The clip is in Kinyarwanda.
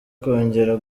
kongera